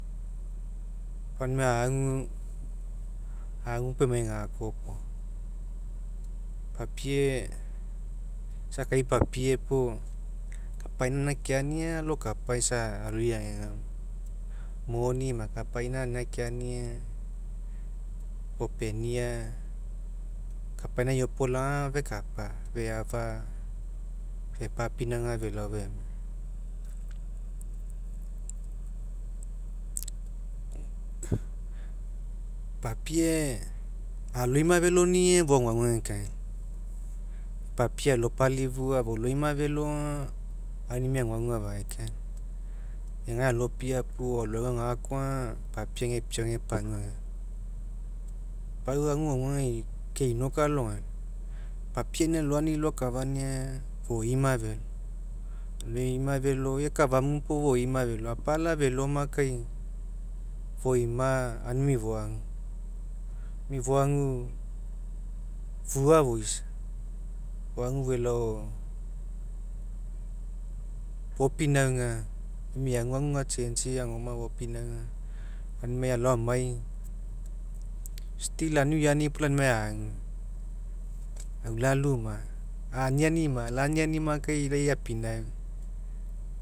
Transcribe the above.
Pau aunimai agu, agu pau emai, gakoa iopoga. Papie, isa akai papie puo, kapaina ainina keani alokapa isa aloi agegama. Monima kapina, kapaina anina keani, fopenia kapaina eopolaga fekapa, feafa fepapinauga felao femai. Papie alomima feloni'i, fou agoagu agekaina. Papie alopalifua, afoloima ga, aunimi agoagu afaekaina. Rgai alo- piapu, o alo auga gakoa, papie age piau ega pagua ageloa. Pom aguguaga keinoka alogaina. Papie anina loani loakafania foima felo. Foimafelo, oi akafamu puo foima felo, apala felo makai, foima aunimi foagu. Aunimi foagu fua foisa, foagu felao, fopinauga, emi aguagu ga chentsi agoma fopinauga, aunimai alaoamai, aniu eani puo ague, aulaluma, anianima, ala nianima kai apinauga.